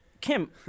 Kim